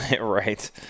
Right